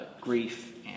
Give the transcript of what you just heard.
grief